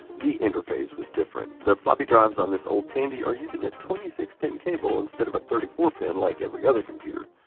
the interface was different. the floppy drives on this old tandy are using a twenty six pin cable instead of a thirty four pin like every other computer.